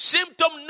Symptom